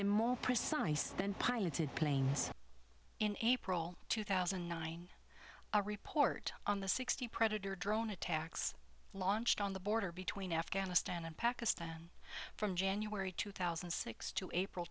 them more precise than piloted planes in april two thousand and nine a report on the sixty predator drone attacks launched on the border between afghanistan and pakistan from january two thousand and six to april